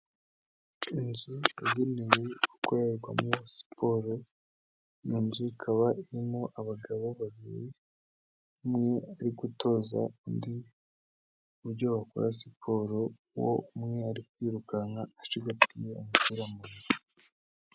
Inzu yagenewe gukorerwamo siporo, iyo nzu ikaba irimo abagabo babiri, umwe ari gutoza undi uburyo bakora siporo, uwo umwe ari kwirukanka acigatoye umupira mu ntoki.